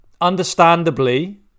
Understandably